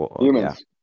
Humans